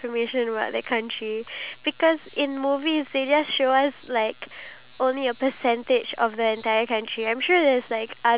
iya and plus they never really been to that country so if you haven't been to that country how is it gonna be your favourite country in the first place